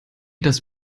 das